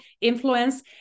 influence